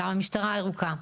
גם המשטרה הירוקה,